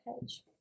hedge